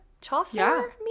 Chaucer